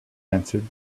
answered